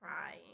crying